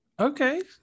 Okay